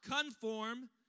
conform